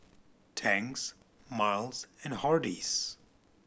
Tangs Miles and Hardy's